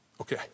Okay